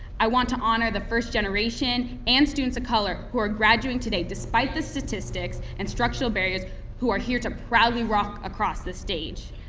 i want to honor the first generation and students of color who are graduating today despite the statistics and structural barriers who are here to proudly walk across the stage.